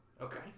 Okay